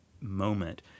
moment